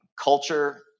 culture